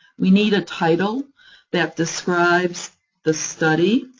we need a title that describes the study,